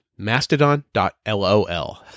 Mastodon.lol